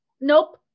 Nope